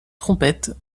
trompettes